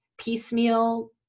piecemeal